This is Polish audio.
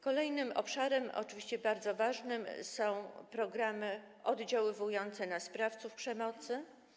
Kolejnym obszarem, oczywiście bardzo ważnym, są programy oddziałujące na sprawców przemocy.